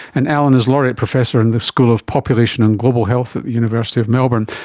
and alan is laureate professor in the school of population and global health at university of melbourne.